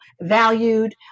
valued